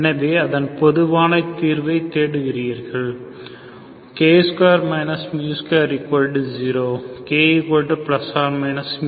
எனவே அதன் பொதுவான தீர்வை தேடுகிறீர்கள் k2 20 K±μ